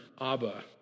Abba